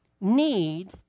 need